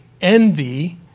envy